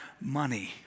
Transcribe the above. money